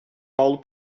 paulo